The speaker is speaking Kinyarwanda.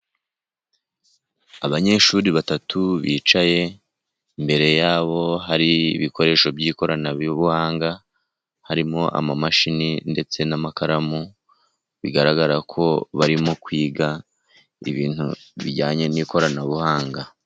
Abanyeshuri batatu bicaye, imbere yabo hari ibikoresho by'ikoranabuhanga, harimo imashini ndetse n'amakaramu. Bigaragara ko barimo kwiga ibintu bijyanye n'ikoranabuhanga.